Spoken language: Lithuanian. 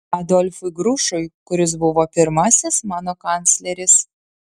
adolfui grušui kuris buvo pirmasis mano kancleris